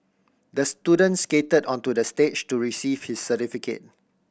the student skated onto the stage to receive his certificate